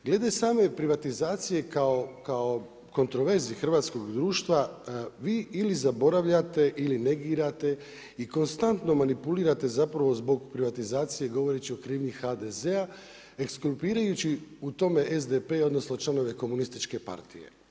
Glede same privatizacije kao kontroverzi hrvatskog društva, vi ili zaboravljate ili negirate i konstantno manipulirate zapravo zbog privatizacije govoreći o krivnji HDZ-a, ekskulpirajući u tome SDP, odnosno članove Komunističke partije.